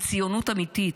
עם ציונות אמיתית,